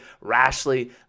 rashly